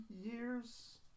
years